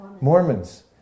Mormons